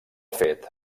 fet